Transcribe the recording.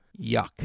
Yuck